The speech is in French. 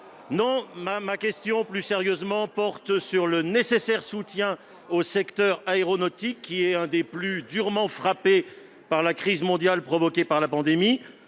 ? Ma question porte sur le nécessaire soutien au secteur aéronautique, qui est l'un des plus durement frappés par la crise mondiale provoquée par la pandémie